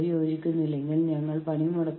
യൂണിയനുകളെ നമ്മൾ ഭയപ്പെടുന്നു